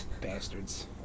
Bastards